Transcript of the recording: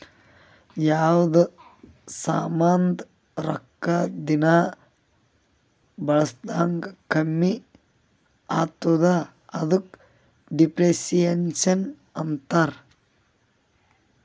ಯಾವ್ದು ಸಾಮಾಂದ್ ರೊಕ್ಕಾ ದಿನಾ ಬಳುಸ್ದಂಗ್ ಕಮ್ಮಿ ಆತ್ತುದ ಅದುಕ ಡಿಪ್ರಿಸಿಯೇಷನ್ ಅಂತಾರ್